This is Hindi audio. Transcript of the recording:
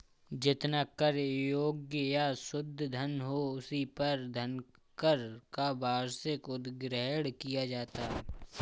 जितना कर योग्य या शुद्ध धन हो, उसी पर धनकर का वार्षिक उद्ग्रहण किया जाता है